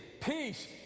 peace